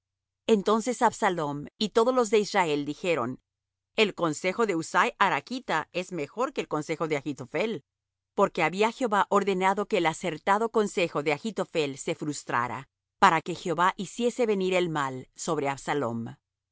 entonces absalom y todos los de israel dijeron el consejo de husai arachta es mejor que el consejo de achitophel porque había jehová ordenado que el acertado consejo de achitophel se frustara para que jehová hiciese venir el mal sobre absalom